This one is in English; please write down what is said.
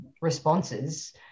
responses